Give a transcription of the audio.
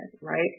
right